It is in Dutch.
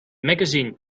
magazine